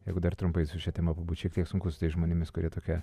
jeigu dar trumpai su šia tema pabūt šiek tiek sunku su tais žmonėmis kurie tokią